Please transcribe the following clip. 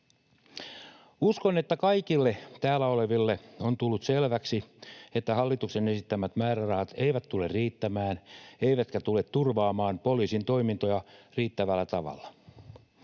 Uskon, että kaikille täällä oleville on tullut selväksi, että hallituksen esittämät määrärahat eivät tule riittämään eivätkä tule turvaamaan poliisin toimintoja riittävällä tavalla.